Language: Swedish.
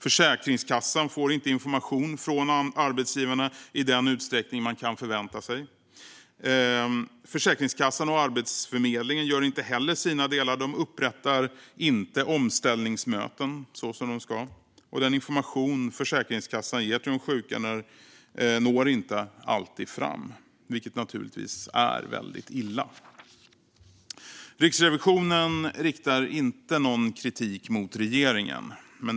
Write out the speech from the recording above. Försäkringskassan får inte information från arbetsgivarna i den utsträckning man kan förvänta sig. Försäkringskassan och Arbetsförmedlingen gör inte heller sina delar; de kallar inte till omställningsmöten så som de ska. Och den information Försäkringskassan ger till de sjuka når inte alltid fram, vilket naturligtvis är väldigt illa. Riksrevisionen riktar inte någon kritik mot regeringen.